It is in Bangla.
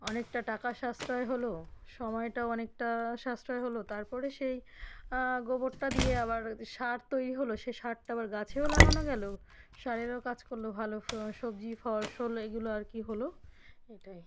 অনেকটা টাকার সাশ্রয় হলো সময়টাও অনেকটা সাশ্রয় হলো তারপরে সেই গোবরটা দিয়ে আবার সার তৈরি হলো সে সারটা আবার গাছেও লাগানো গেলো সারেরও কাজ করলো ভালো ফ সবজি ফসল এগুলো আর কি হলো এটাই